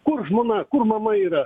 kur žmona kur mama yra